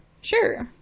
Sure